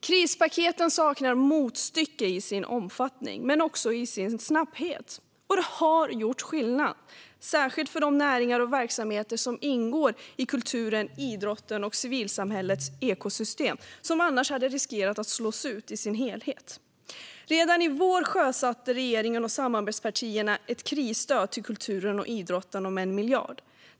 Krispaketen saknar motstycke i sin omfattning men också i sin snabbhet. Och de har gjort skillnad, särskilt för de näringar och verksamheter som ingår i kulturens, idrottens och civilsamhällets ekosystem, som annars hade riskerat att slås ut i sin helhet. Redan i våras sjösatte regeringen och samarbetspartierna ett krisstöd till kulturen och idrotten om 1 miljard kronor.